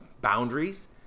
boundaries